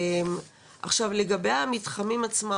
לגבי המתחמים עצמם,